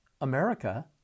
America